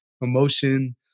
emotion